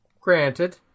Granted